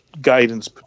guidance